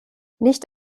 nicht